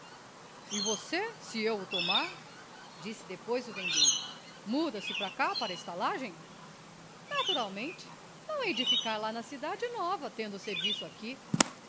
e você se eu o tomar disse depois o vendeiro muda-se cá para a estalagem naturalmente não hei de ficar lá na cidade nova tendo o serviço aqui